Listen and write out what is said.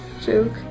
joke